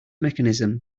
mechanism